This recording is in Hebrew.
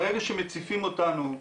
ברגע שמציפים אותנו,